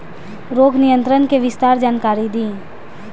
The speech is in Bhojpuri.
रोग नियंत्रण के विस्तार जानकारी दी?